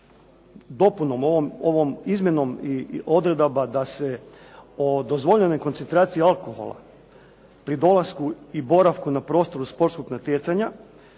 dopunom, ovom izmjenom i odredaba da se o dozvoljenoj koncentraciji alkohola pri dolasku i boravku na prostoru sportskog natjecanja